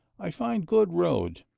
i find good road,